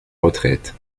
retraite